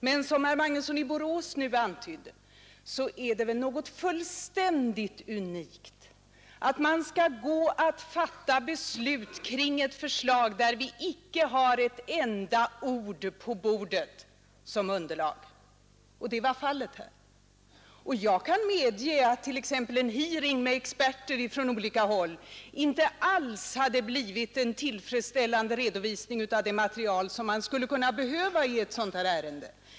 Men som herr Magnusson i Borås nu antydde är det väl något fullständigt unikt att man skall gå att fatta beslut kring ett förslag när man icke har ett enda ord på bordet som underlag — och det var fallet här. Jag kan medge att t.ex. en hearing med experter från olika håll inte alls hade blivit en tillfredsställande redovisning av det material som man skulle kunna behöva i ett sådant här ärende.